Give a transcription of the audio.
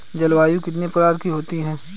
जलवायु कितने प्रकार की होती हैं?